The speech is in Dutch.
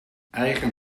eigen